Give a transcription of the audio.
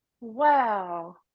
wow